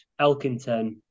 Elkington